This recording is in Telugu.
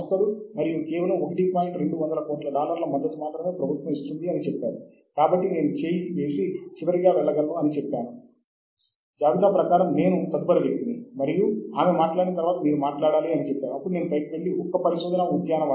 ఫార్వర్డ్ కాలక్రమ శోధన అనేది వేరే పద్ధతిలో పనిచేసే విషయం